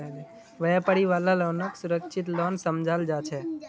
व्यापारी वाला लोनक सुरक्षित लोन समझाल जा छे